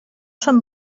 són